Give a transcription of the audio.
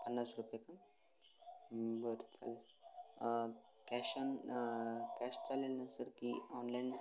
पन्नास रुपये का बरं चालेल कॅश ऑन कॅश चालेल ना सर की ऑनलाईन